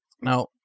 Now